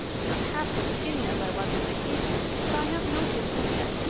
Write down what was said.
i'm not half so skinny as i was when i came here, but i have no dimples yet.